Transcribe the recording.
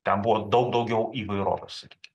ten buvo daug daugiau įvairovės sakykim